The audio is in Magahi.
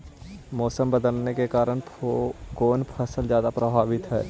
मोसम बदलते के कारन से कोन फसल ज्यादा प्रभाबीत हय?